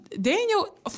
Daniel